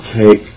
take